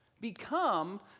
become